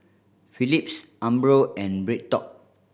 Phillips Umbro and BreadTalk